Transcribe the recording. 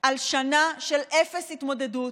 על שנה של אפס התמודדות.